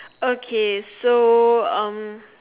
okay so um